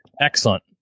Excellent